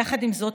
יחד עם זאת,